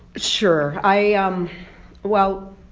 sure. i ah um well,